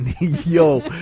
Yo